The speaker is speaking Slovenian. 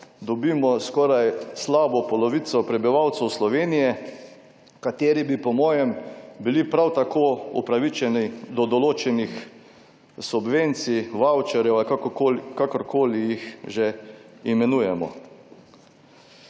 dobimo skoraj slabo polovico prebivalcev Slovenije, kateri bi po mojem bili prav tako upravičeni do določenih subvencij, vavčerjev ali kakorkoli jih že imenujemo.